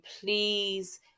Please